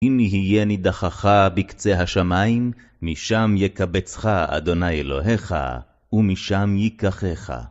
אם יהיה נידחך בקצה השמיים, משם יקבצך אדוני אלוהיך, ומשם ייקחך.